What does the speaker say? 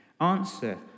answer